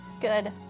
Good